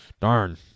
Darn